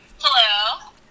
Hello